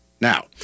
Now